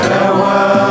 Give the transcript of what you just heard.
Farewell